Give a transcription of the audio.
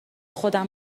خودم